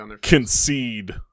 concede